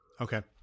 Okay